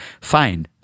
fine